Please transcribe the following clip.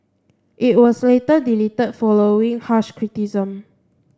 it was later deleted following harsh criticism